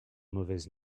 mauvaise